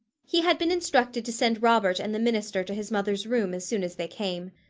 he had been instructed to send robert and the minister to his mother's room as soon as they came.